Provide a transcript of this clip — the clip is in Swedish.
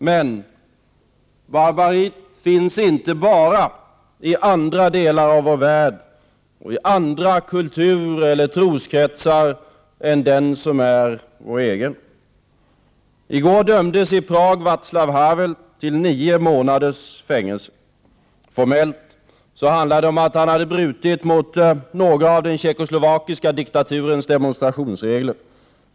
Men barbariet finns inte bara i andra delar av vår värld och i andra kulturoch troskretsar än den som är vår egen. I går dömdes i Prag Våclav Havel till nio månaders fängelse. Formellt handlade det om att han hade brutit mot några av den tjeckoslovakiska diktaturens demonstrationsregler.